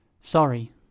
Sorry